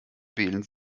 wählen